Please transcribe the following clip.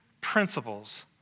principles